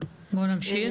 בואו נמשיך.